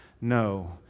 no